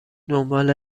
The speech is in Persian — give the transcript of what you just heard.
دنبال